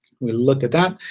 we look at that.